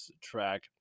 track